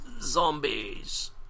zombies